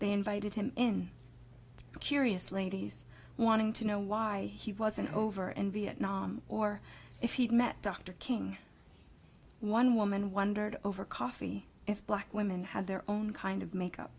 they invited him in curious ladies wanting to know why he wasn't over in vietnam or if he'd met dr king one woman wondered over coffee if black women had their own kind of make up